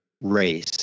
race